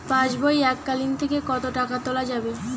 পাশবই এককালীন থেকে কত টাকা তোলা যাবে?